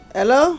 Hello